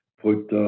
put